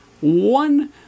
one